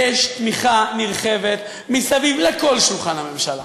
יש תמיכה נרחבת סביב כל שולחן הממשלה.